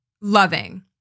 loving